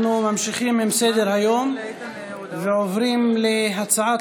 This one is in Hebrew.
אנחנו ממשיכים עם סדר-היום ועוברים להצעת